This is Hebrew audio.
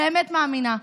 באמת מאמינה,